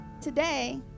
today